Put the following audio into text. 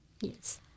Yes